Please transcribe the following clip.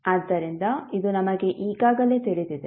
ಆದ್ದರಿಂದ ಇದು ನಮಗೆ ಈಗಾಗಲೇ ತಿಳಿದಿದೆ